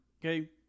okay